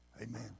Amen